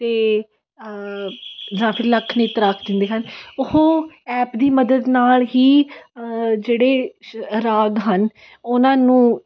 ਅਤੇ ਲੱਖ ਲੱਖ ਨੇਤਰ ਆਖ ਦਿੰਦੇ ਹਨ ਉਹ ਐਪ ਦੀ ਮਦਦ ਨਾਲ ਹੀ ਜਿਹੜੇ ਸ਼ ਰਾਗ ਹਨ ਉਹਨਾਂ ਨੂੰ